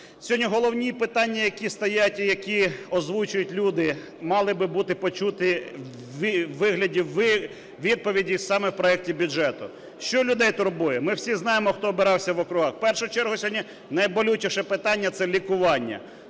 Сьогодні головні питання, які стоять і які озвучують люди, мали би бути почуті у вигляді відповіді саме в проекті бюджету. Що людей турбує? Ми всі знаємо, хто обирався в округах. В першу чергу сьогодні найболючіше питання – це лікування.